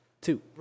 two